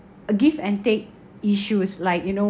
a give and take issue is like you know